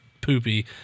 poopy